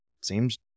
seems